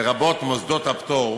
לרבות מוסדות הפטור,